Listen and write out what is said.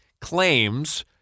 claims